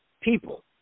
people